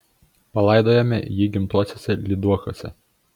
palaidojome jį gimtuosiuose lyduokiuose